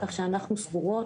כך שאנחנו סבורות